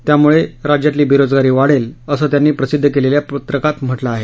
त्यामुळे राज्यातली बेरोजगारी वाढेल असं त्यांनी प्रसिद्ध केलेल्या पत्रकात म्हटलं आहे